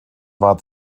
war